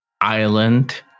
island